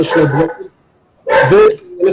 יש לנו